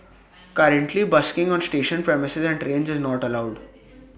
currently busking on station premises and trains is not allowed